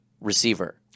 receiver